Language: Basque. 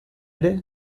ere